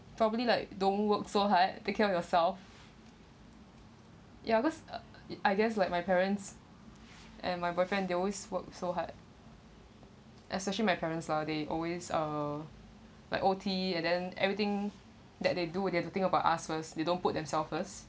probably like don't work so hard take care of yourself ya cause uh it I guess like my parents and my boyfriend they always work so hard especially my parents lah they always err like O_T and then everything that they do they have to think about us first they don't put themselves first